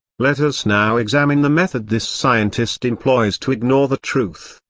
let us now examine the method this scientist employs to ignore the truth.